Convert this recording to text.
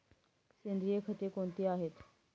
सेंद्रिय खते कोणती आहेत?